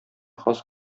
хас